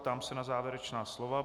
Ptám se na závěrečná slova.